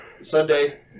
Sunday